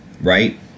right